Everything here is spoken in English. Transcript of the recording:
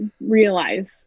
realize